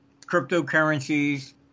cryptocurrencies